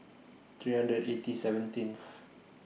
three hundred eighty seventeenth